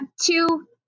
two